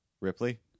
Ripley